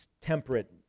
temperate